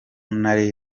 nari